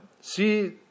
See